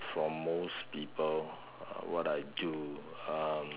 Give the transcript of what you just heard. from most people uh what I do um